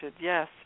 Yes